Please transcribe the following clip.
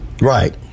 Right